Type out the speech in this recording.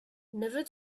never